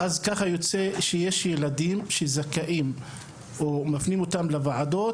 יוצא שיש ילדים שזכאים או שמפנים אותם לוועדות,